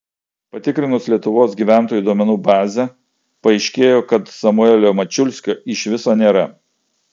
patikrinus lietuvos gyventojų duomenų bazę paaiškėjo kas samuelio mačiulskio iš viso nėra